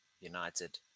United